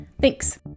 Thanks